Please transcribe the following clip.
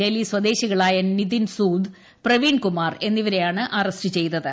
ഡൽഹി സ്വദേശികളായ നിതിൻസുഡ് പ്രവീൺകുമാർ എന്നിവരെയാണ് അറസ്റ്റ് ചെയ്തത്